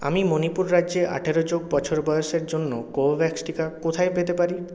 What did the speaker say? আমি মণিপুর রাজ্যে আঠেরো যোগ বছর বয়সের জন্য কোভোভ্যাক্স টিকা কোথায় পেতে পারি